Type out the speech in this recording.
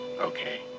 Okay